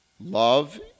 love